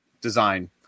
design